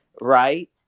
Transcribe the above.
right